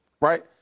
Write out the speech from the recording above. right